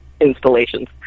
installations